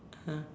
(uh huh)